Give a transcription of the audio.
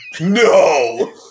No